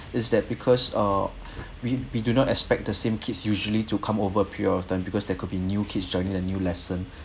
is that because err we we do not expect the same kids usually to come over a period of time because there could be new kids joining the new lesson